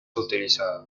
utilizado